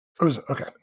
Okay